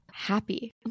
happy